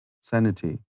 sanity